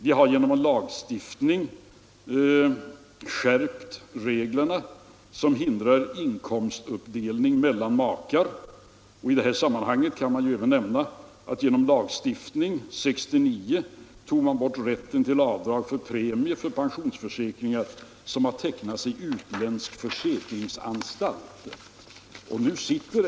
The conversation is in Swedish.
Vi har genom en lagstiftning skärpt reglerna mot inkomstuppdelning mellan makar. I detta sammanhang kan man även nämna att rätten till avdrag för pensionsförsäkringar, som har tecknats i utländsk försäkringsanstalt, avskaffades genom lagstiftning 1969.